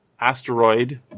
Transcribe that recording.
asteroid